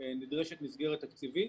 נדרשת מסגרת תקציבית,